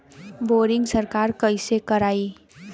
Boring सरकार कईसे करायी?